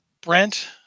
Brent